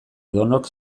edonork